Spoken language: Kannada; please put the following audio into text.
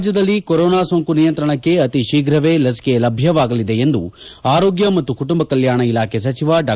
ರಾಜ್ಞದಲ್ಲಿ ಕೊರೋನಾ ಸೋಂಕು ನಿಯಂತ್ರಣಕ್ಕೆ ಅತಿ ಶೀಘವೇ ಲಸಿಕೆ ಲಭ್ಯವಾಗಲಿದೆ ಆರೋಗ್ಯ ಮತ್ತು ಕುಟುಂಬ ಕಲ್ಯಾಣ ಇಲಾಖೆ ಸಚಿವ ಡಾ